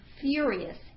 furious